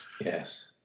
Yes